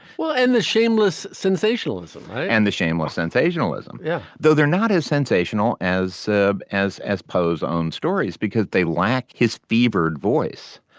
well and the shameless sensationalism and the shameless sensationalism. yeah though they're not as sensational as webb as as poe's own stories because they lack his fevered voice.